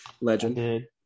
Legend